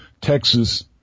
Texas